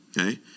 Okay